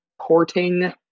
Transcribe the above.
porting